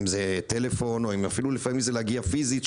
אם זה טלפון או אם אפילו לפעמים זה להגיע פיזית,